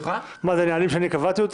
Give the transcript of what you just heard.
אלה נהלים שאני קבעתי?